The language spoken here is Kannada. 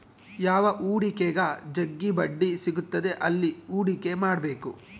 ಯಾವ ಹೂಡಿಕೆಗ ಜಗ್ಗಿ ಬಡ್ಡಿ ಸಿಗುತ್ತದೆ ಅಲ್ಲಿ ಹೂಡಿಕೆ ಮಾಡ್ಬೇಕು